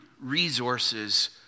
resources